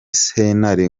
sentare